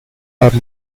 are